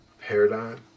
paradigm